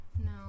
no